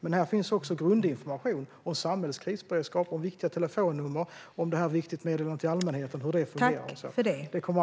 Men här finns också grundinformation om samhällets krisberedskap, viktiga telefonnummer, om hur viktigt meddelande till allmänheten fungerar och så vidare.